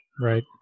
Right